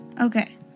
Okay